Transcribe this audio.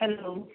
hello